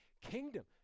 kingdom